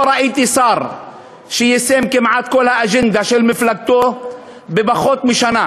לא ראיתי שר שיישם כמעט את כל האג'נדה של מפלגתו בפחות משנה